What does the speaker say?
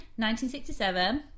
1967